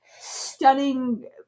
stunning